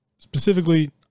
specifically